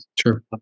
Sure